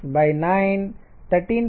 6 9 13